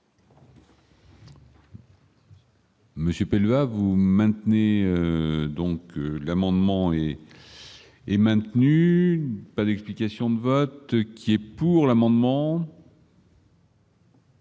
Monsieur PELE va vous maintenez donc l'amendement est est maintenu pas l'explication de vote qui est pour l'amendement.